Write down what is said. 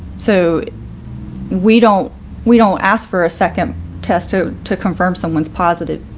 so we don't we don't ask for a second test to to confirm someone's positive,